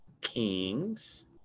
Kings